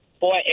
Boy